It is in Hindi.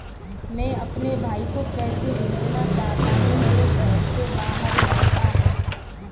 मैं अपने भाई को पैसे भेजना चाहता हूँ जो शहर से बाहर रहता है